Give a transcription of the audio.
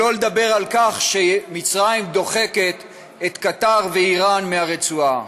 שלא לדבר על כך שמצרים דוחקת את קטאר ואיראן מהרצועה.